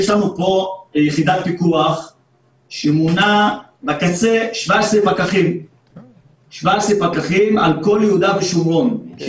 יש לנו פה יחידת פיקוח שמונה בקצה 17 פקחים על כל יהודה ושומרון.